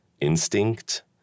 instinct